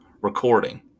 recording